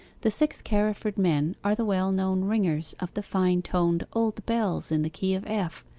the six carriford men are the well-known ringers of the fine-toned old bells in the key of f,